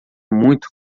muito